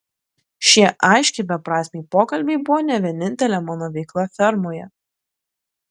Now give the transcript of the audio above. šie aiškiai beprasmiai pokalbiai buvo ne vienintelė mano veikla fermoje